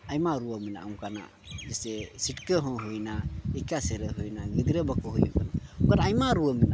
ᱟᱭᱢᱟ ᱨᱩᱣᱟᱹ ᱢᱮᱱᱟᱜᱼᱟ ᱚᱱᱠᱟᱱᱟᱜ ᱡᱮᱭᱥᱮ ᱪᱷᱤᱴᱠᱟᱹ ᱦᱚᱸ ᱦᱩᱭᱱᱟ ᱮᱠᱟᱥᱤᱨᱟᱹ ᱦᱩᱭᱱᱟ ᱜᱤᱫᱽᱨᱟᱹ ᱵᱟᱠᱚ ᱦᱩᱭᱩᱜ ᱠᱟᱱᱟ ᱚᱱᱠᱟᱱ ᱟᱭᱢᱟ ᱨᱩᱣᱟᱹ ᱢᱮᱱᱟᱜᱼᱟ